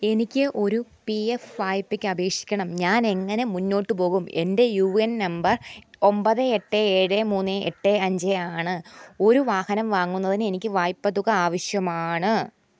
എനിക്ക് ഒരു P F വായ്പയ്ക്ക് അപേക്ഷിക്കണം ഞാൻ എങ്ങനെ മുന്നോട്ട് പോകും എൻ്റെ യു എൻ നമ്പർ ഒമ്പത് എട്ട് ഏഴ് മൂന്ന് എട്ട് അഞ്ച് ആണ് ഒരു വാഹനം വാങ്ങുന്നതിന് എനിക്ക് വായ്പ തുക ആവശ്യമാണ്